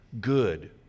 good